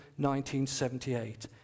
1978